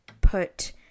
put